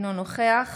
אינו נוכח